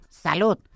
¡Salud